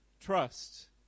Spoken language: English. trust